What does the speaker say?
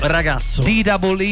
ragazzo